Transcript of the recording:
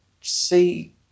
see